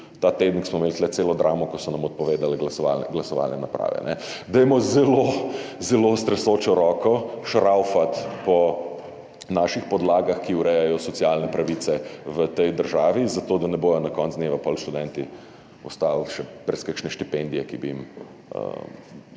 ta teden, ko smo imeli tu celo dramo, ko so nam odpovedale glasovalne naprave. Dajmo zelo, zelo s tresočo roko šraufati po naših podlagah, ki urejajo socialne pravice v tej državi, zato da ne bodo na koncu dneva potem študenti ostali še brez kakšne štipendije, ki bi jim